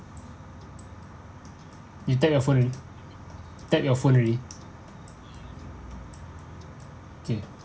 you tap your phone already tap your phone already K